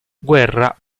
guerra